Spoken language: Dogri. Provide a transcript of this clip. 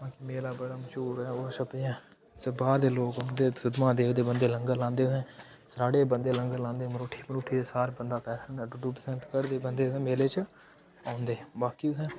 बाकी मेला बड़ा मश्हूर ऐ ओह् छपरियां सब बाह्र दे लोक आंदे सुद्धमहादेव दे बंदे लंगर लांदे उत्थै स्राढ़े दे बंदे लंगर लांदे मरोठी मरोठी दे सारे बंदा पैसे दिंदे डुड्डू बसंतगढ़ दे लोक उत्थै मेले च औंदे बाकी उत्थै